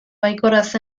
baikorraz